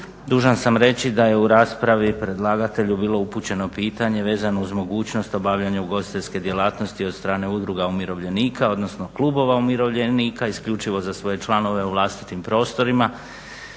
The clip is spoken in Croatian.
Dužan sam reći da je u raspravi predlagatelju bilo upućeno pitanje vezano uz mogućnost obavljanja ugostiteljske djelatnosti od strane udruga umirovljenika, odnosno klubova umirovljenika isključivo za svoje članove u vlastitim prostorima.